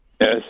Yes